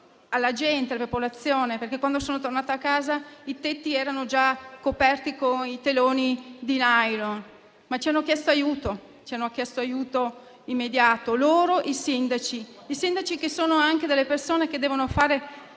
alla gente e alla popolazione, perché quando sono tornata a casa i tetti erano già coperti con i teloni di nylon. Ma ci hanno chiesto aiuto immediato, loro e i sindaci. I sindaci sono delle persone che devono fare